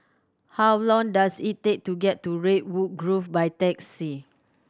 how long does it take to get to Redwood Grove by taxi